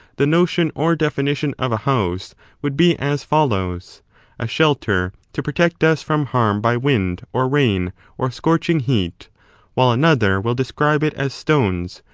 the notion or definition of a house would be as follows a shelter to protect us from harm by wind or rain or scorching heat while another will describe it as stones,